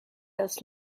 das